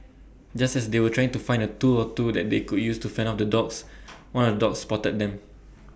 just as they were trying to find A tool or two that they could use to fend off the dogs one of dogs spotted them